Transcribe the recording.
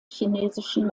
chinesischen